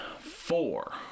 four